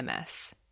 MS